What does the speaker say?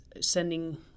sending